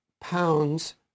pounds